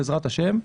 בעזרת השם.